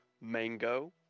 mango